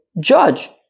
judge